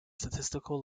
statistical